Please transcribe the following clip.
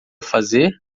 fazer